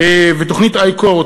ותוכנית I-CORE,